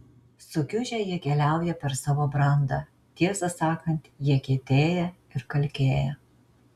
sukiužę jie keliauja per savo brandą tiesą sakant jie kietėja ir kalkėja